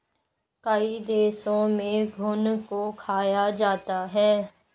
कई देशों में घुन को खाया जाता है